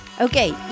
Okay